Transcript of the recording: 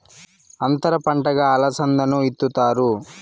అంతర పంటగా అలసందను ఇత్తుతారు